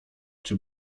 czy